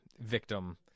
victim